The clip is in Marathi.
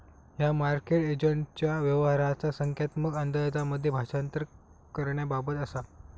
ह्या मार्केट एजंटच्या व्यवहाराचा संख्यात्मक अंदाजांमध्ये भाषांतर करण्याबाबत असा